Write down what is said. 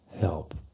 help